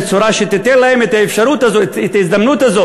בצורה שתיתן להם את האפשרות הזאת,